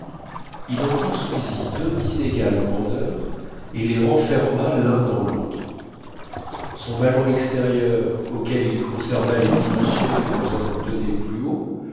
il en construisit deux d'inégale grandeur et les renferma l'un dans lautre son ballon extérieur auquel il conserva les dimensions que nous avons données plus haut